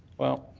well,